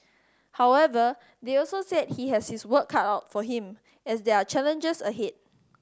however they also said he has his work cut out for him as there are challenges ahead